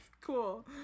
cool